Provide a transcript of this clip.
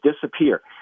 disappear